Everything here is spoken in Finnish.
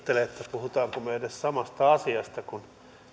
puhummeko me edes samasta asiasta kun